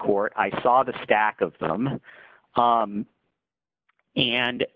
court i saw the stack of them and